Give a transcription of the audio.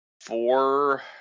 four